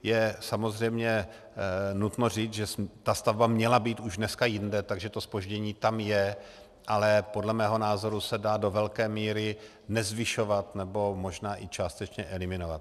Je samozřejmě nutno říci, že stavba měla už dneska být jinde, takže zpoždění tam je, ale podle mého názoru se dá do velké míry nezvyšovat nebo možná i částečně eliminovat.